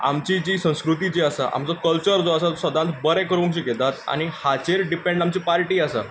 आमची जी संस्कृती जी आसा आमचो जो कल्चर जो आसा तो सदांच बरें करूंक शिकयता आनी हाचेर डिपेंड आमची पार्टी आसा